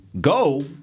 go